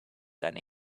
than